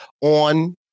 on